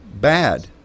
bad